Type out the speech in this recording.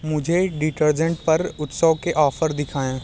मुझे डिटर्जेंट पर उत्सव के ऑफ़र दिखाएँ